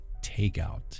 takeout